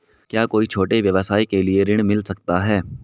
क्या कोई छोटे व्यवसाय के लिए ऋण मिल सकता है?